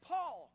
Paul